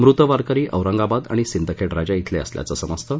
मृत वारकरी औरंगाबाद आणि सिंदखेड राजा धिले असल्याचं समजतं